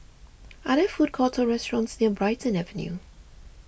are there food courts or restaurants near Brighton Avenue